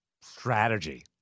strategy